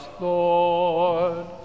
Lord